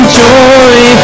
joy